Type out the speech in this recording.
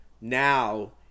now